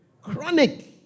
chronic